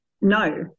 no